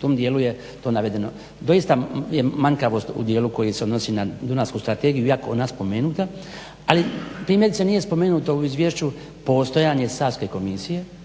tom dijelu je to navedeno. Doista je manjkavost u dijelu koji se odnosi na Dunavsku strategiju, iako je ona spomenuta ali primjerice nije spomenuto u izvješću postojanje Savske komisije